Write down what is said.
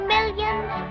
Millions